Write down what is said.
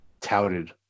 touted